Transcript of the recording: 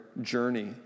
journey